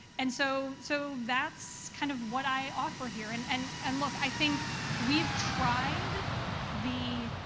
and so so, that's kind of what i offer here. and and and look, i think we've tried the,